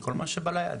כל מה שבא ליד.